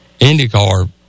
IndyCar